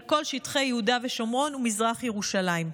על כל שטחי יהודה ושומרון ומזרח ירושלים.